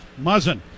Muzzin